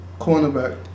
Cornerback